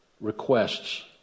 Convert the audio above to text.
requests